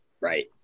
Right